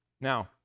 Now